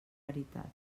veritat